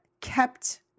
kept